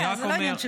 זו לא בעיה של זמן.